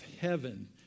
heaven